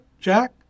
Jack